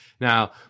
Now